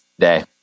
day